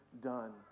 done